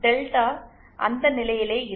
delta அந்த நிலையிலேயே இருக்கும்